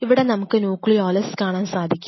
ഇവിടെ നമുക്ക് ഒരു ന്യൂക്ലിയോളസ് കാണാൻ സാധിക്കും